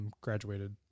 graduated